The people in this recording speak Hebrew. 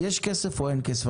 יש כסף או אין כסף?